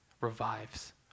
revives